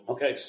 Okay